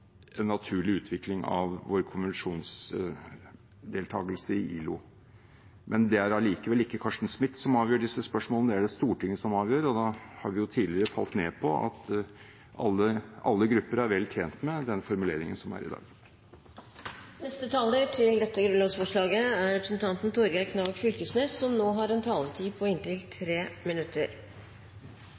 en naturlig utvikling av vår konvensjonsdeltakelse i ILO. Men det er allikevel ikke Carsten Smith som avgjør disse spørsmålene; det er det Stortinget som gjør. Da har vi tidligere falt ned på at alle grupper er vel tjent med den formuleringen som er i dag. Når vi omtaler Carsten Smith, som ikkje har talerett i denne salen, trur eg det er greitt å vere litt reieleg med kva han faktisk har